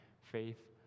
faith